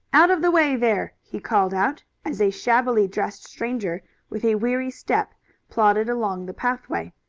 out of the way, there! he called out, as a shabbily dressed stranger with a weary step plodded along the pathway.